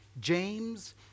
James